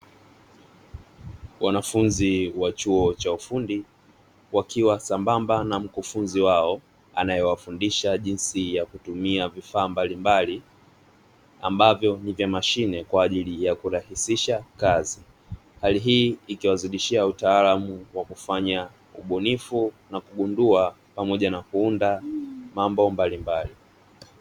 Wanafunzi wa chuo cha ufundi, wakiwa sambamba na mkufunzi wao anayewafundisha jinsi ya kutumia vifaa mbalimbali ambavyo ni vya mashine kwa ajili ya kurahisisha kazi. Hali hii ikiwazidishia utaalamu wa kufanya ubunifu na kugundua pamoja na kuunda mambo mbalimbali.